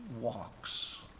walks